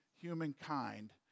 humankind